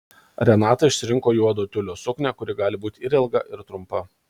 renata išsirinko juodo tiulio suknią kuri gali būti ir ilga ir trumpa